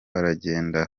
aragenda